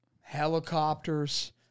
helicopters